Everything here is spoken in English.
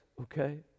okay